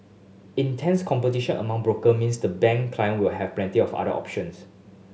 intense competition among broker means the bank client will have plenty of other options